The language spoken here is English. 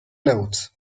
notes